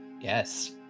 Yes